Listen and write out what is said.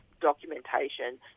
documentation